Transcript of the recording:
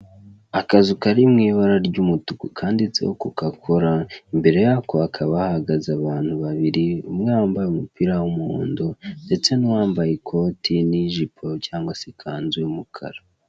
Akazu karimo ibara ry'umutuku kanditseho kokakola, imbere y'ako hakaba hahagaze abantu babiri, umwe wambaye umupira w'umuhondo ndetse n'uwambaye ikoti n'ijipo cyangwa se ikanzu y'umukara.